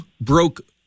broke